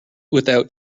without